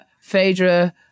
Phaedra